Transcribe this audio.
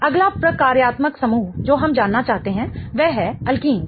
अगला प्रकार्यात्मक समूह जो हम जानना चाहते हैं वह है अल्किन्स